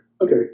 Okay